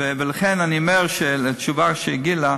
לכן אני אומר, בתשובה לגילה: